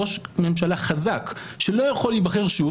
ראש ממשלה חזק שלא יכול להיבחר שוב,